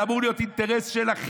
זה אמור להיות אינטרס שלכם,